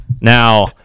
Now